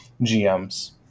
GMs